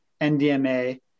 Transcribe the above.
NDMA